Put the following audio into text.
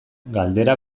galdera